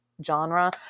genre